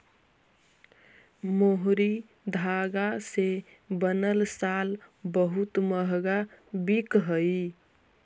मोहरी धागा से बनल शॉल बहुत मँहगा बिकऽ हई